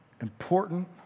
important